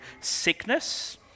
sickness